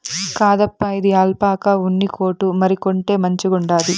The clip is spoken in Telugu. కాదప్పా, ఇది ఆల్పాకా ఉన్ని కోటు మరి, కొంటే మంచిగుండాది